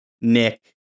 Nick